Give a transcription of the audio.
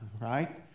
Right